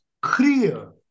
clear